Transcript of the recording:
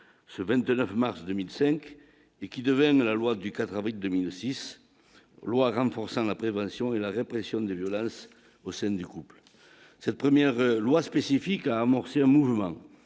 lave, mars 2005 et qui la loi du 4 avril 2006 loi renforçant la prévention et la répression des violences au sein du couple cette première loi spécifique a amorcer un mouvement